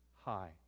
high